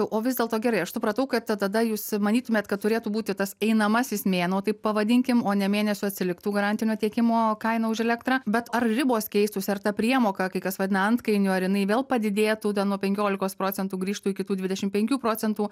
o vis dėlto gerai aš supratau kad tada jūs manytumėt kad turėtų būti tas einamasis mėnuo taip pavadinkim o ne mėnesiu atsiliktų garantinio tiekimo kaina už elektrą bet ar ribos keistųsi ar ta priemoka kai kas vadina antkainiu ar jinai vėl padidėtų ten nuo penkiolikos procentų grįžtų iki tų dvidešimt penkių procentų